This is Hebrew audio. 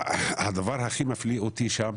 הדבר הכי מפליא אותי שם,